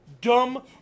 dumb